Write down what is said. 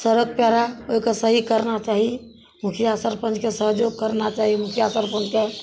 सड़क पेरा ओइके सही करना चाही मुखिआ सरपञ्चके सहयोग करना चाही मुखिआ सरपञ्चके